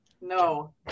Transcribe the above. no